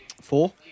Four